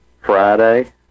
Friday